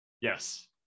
Yes